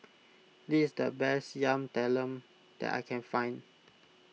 this is the best Yam Talam that I can find